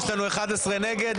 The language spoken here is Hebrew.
יש לנו 11 נגד.